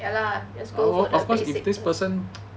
ya lah just go for the basic